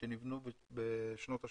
שנבנו בשנות ה-80,